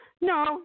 No